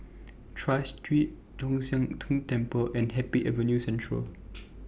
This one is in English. Tras Street Tong Sian Tng Temple and Happy Avenue Central